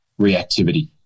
reactivity